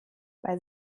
bei